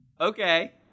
okay